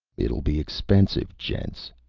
it'll be expensive, gents,